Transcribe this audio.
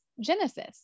genesis